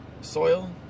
soil